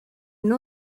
une